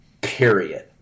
Period